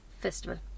Festival